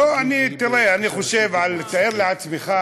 לא, אני חושב, תראה,